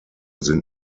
sind